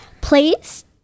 please